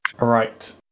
right